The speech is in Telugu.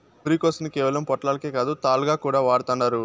పురికొసని కేవలం పొట్లాలకే కాదు, తాళ్లుగా కూడా వాడతండారు